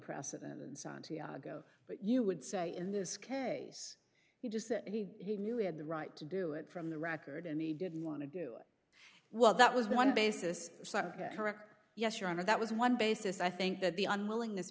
process in santiago but you would say in this case you just said he knew he had the right to do it from the record and he didn't want to do it while that was one basis correct yes your honor that was one basis i think that the unwillingness